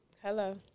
Hello